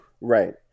Right